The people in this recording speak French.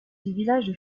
village